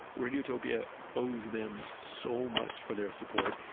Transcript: radiotopia owes them so much for their support.